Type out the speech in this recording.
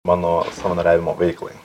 mano savanoriavimo veiklai